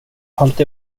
allt